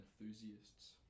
enthusiasts